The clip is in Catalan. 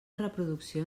reproducció